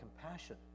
compassion